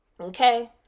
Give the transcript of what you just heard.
Okay